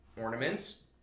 ornaments